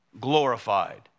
glorified